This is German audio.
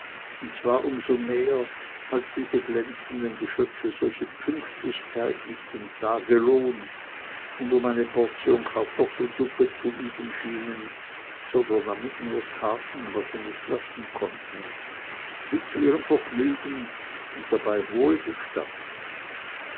und zwar um so mehr als diese glänzenden geschöpfe solche pünktlichkeit nicht um tagelohn und um eine portion kartoffelsuppe zu üben schienen sondern damit nur taten was sie nicht lassen konnten wie zu ihrem vergnügen und dabei wohl bestanden